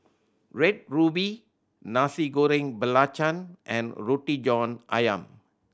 Red Ruby Nasi Goreng Belacan and Roti John Ayam